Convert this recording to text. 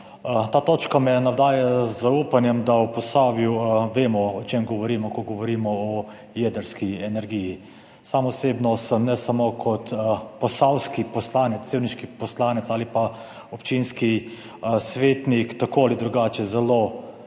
Ta točka me navdaja z zaupanjem, da v Posavju vemo, o čem govorimo, ko govorimo o jedrski energiji. Sam osebno sem ne samo kot posavski poslanec, sevniški poslanec ali občinski svetnik, ampak tudi, si bom